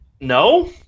No